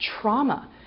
trauma